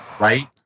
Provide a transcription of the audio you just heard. right